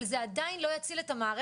אבל זה עדיין לא יציל את המערכת.